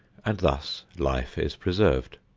and thus life is preserved.